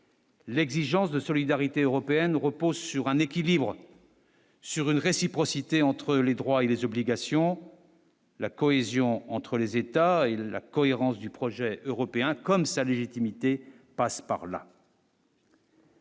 L'exigence de solidarité européenne repose sur un équilibre. Sur une réciprocité entre les droits et les obligations. La cohésion entre les États et la cohérence du projet européen comme sa légitimité passe par là.